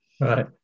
right